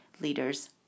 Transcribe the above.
leaders